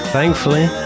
Thankfully